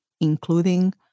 including